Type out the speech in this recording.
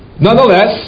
Nonetheless